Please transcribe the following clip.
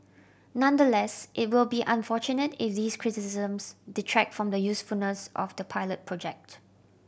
nonetheless it will be unfortunate if these criticisms detract from the usefulness of the pilot project